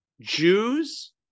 Jews